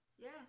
Yes